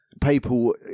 people